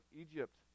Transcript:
Egypt